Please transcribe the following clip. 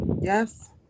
Yes